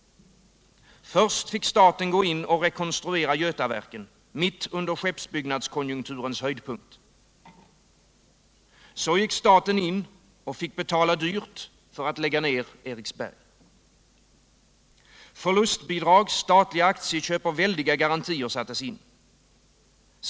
Först fick staten gå in och rekonstruera Götaverken mitt under skeppsbyggnadskonjunkturens höjdpunkt. Så gick staten in och fick betala för att lägga ner Eriksberg. Förlustbidrag, statliga aktieköp och väldiga garantier sattes in.